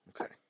Okay